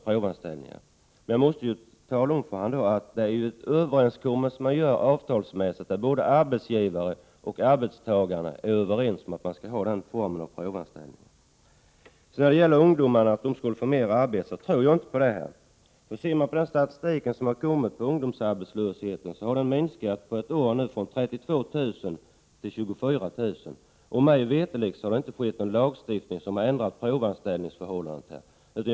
Jag måste då tala om för honom att arbetsgivare och arbetstagare gör överenskommelser i avtal om hur långa provanställningarna skall vara. Jag tror inte på det som Ingvar Karlsson sade om att en längre provanställningstid skulle ge ungdomar större möjlighet till arbete. Enligt statistiken har ungdomsarbetslösheten nämligen minskat under ett år från 32 000 till 24 000. Mig veterligt har det inte införts någon lagstiftning som har ändrat på provanställningstiden.